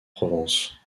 provence